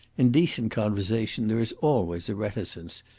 in decent conversation there is always a reticence.